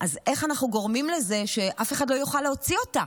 אז איך אנחנו גורמים לזה שאף אחד לא יוכל להוציא אותה?